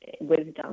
wisdom